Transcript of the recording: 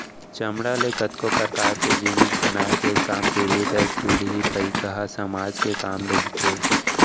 चमड़ा ले कतको परकार के जिनिस बनाए के काम पीढ़ी दर पीढ़ी पईकहा समाज के काम रहिथे